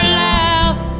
laugh